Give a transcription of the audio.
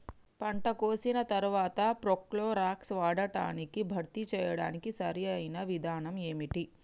పంట కోసిన తర్వాత ప్రోక్లోరాక్స్ వాడకాన్ని భర్తీ చేయడానికి సరియైన విధానం ఏమిటి?